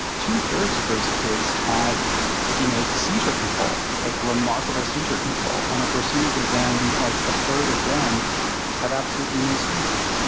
two-thirds of those kids have you know seizure control, like, remarkable seizure control. and a percentage of them, like, a third of them have absolutely no seizures,